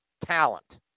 talent